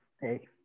hey